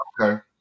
okay